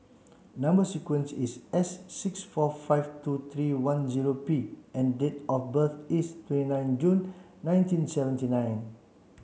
number sequence is S six four five two three one zero P and date of birth is twenty nine June nineteen seventy nine